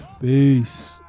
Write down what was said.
peace